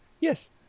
Yes